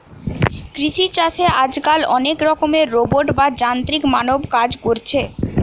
কৃষি চাষে আজকাল অনেক রকমের রোবট বা যান্ত্রিক মানব কাজ কোরছে